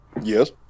Yes